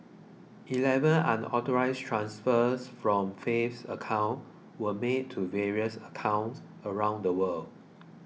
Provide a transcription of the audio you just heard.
eleven unauthorised transfers from Faith's account were made to various accounts around the world